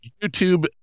YouTube